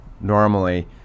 normally